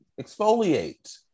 exfoliate